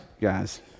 guys